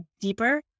deeper